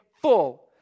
full